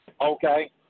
Okay